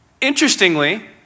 Interestingly